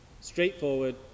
straightforward